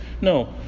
no